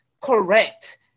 correct